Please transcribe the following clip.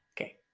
Okay